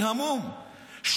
אני המום,